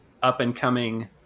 up-and-coming